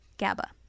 GABA